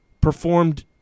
performed